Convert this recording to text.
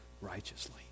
righteously